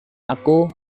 aku